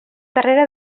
darrere